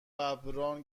ﺑﺒﺮﺍﻥ